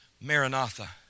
Maranatha